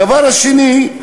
הדבר השני,